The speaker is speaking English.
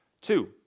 Two